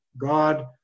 God